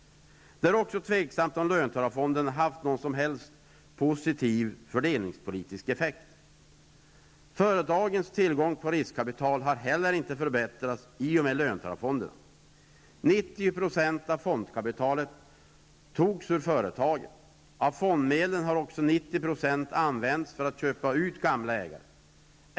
Det är också tveksamt om löntagarfonderna haft någon som helst positiv fördelningspolitisk effekt. Företagens tillgång på riskkapital har heller inte förbättrats i och med löntagarfonderna. 90 % av fondkapitalet har tagits ur företagen. Av fondmedlen har också 90 % använts för att köpa ut gamla ägare.